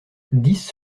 dix